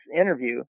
interview